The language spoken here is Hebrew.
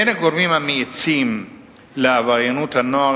בין הגורמים המאיצים לעבריינות הנוער